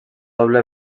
doble